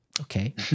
Okay